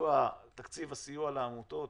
ביצוע תקציב הסיוע לעמותות,